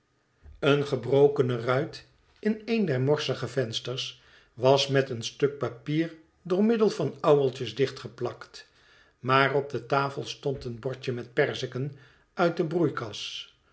eene gebrokene ruit in een der morsige vensters was met een stuk papier door middel van ouweltjes dichtgeplakt maar op de tafel stond een bordje met perziken uit de broei